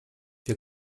wir